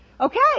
Okay